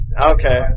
Okay